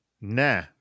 nah